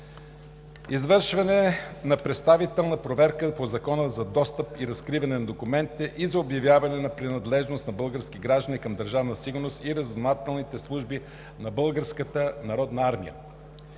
Извършване на предварителна проверка по Закона за достъп и разкриване на документите и за обявяване на принадлежност на български граждани към Държавна сигурност и разузнавателните служби на